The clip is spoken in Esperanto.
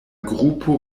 grupo